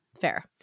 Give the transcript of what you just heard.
Fair